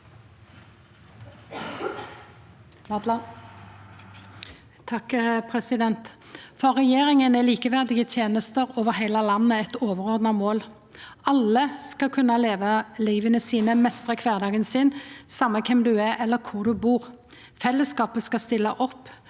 For regjeringa er likeverdige tenester over heile landet eit overordna mål. Alle skal kunna leva livet sitt og meistra kvardagen sin, same kven du er, eller kvar du bur. Fellesskapet skal stilla opp